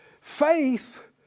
Faith